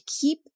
keep